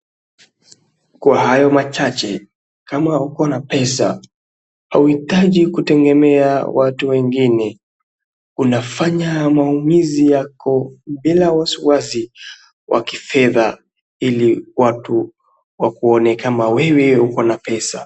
Kwa hayo machache, kama uko na pesa, hauhitaji kutegemea watu wengine, unafanya maumizi yako bila wasiwasi wa kifedha, ili watu wakuone kama wewe uko na pesa.